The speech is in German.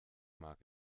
mag